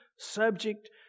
Subject